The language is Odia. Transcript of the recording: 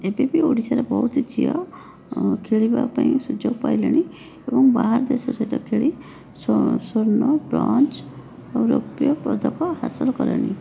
ଏବେ ବି ଓଡ଼ିଶାରେ ବହୁତ ଝିଅ ଖେଳିବାପାଇଁ ସୁଯୋଗ ପାଇଲେଣି ତେଣୁ ବାହାର ଦେଶ ସହିତ ଖେଳି ସ୍ବର୍ଣ୍ଣ ବ୍ରୋଞ୍ଜ ଆଉ ରୋପ୍ୟ ପଦକ ହାସଲ କଲେଣି